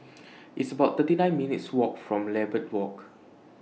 It's about thirty nine minutes' Walk from Lambeth Walk